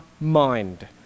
mind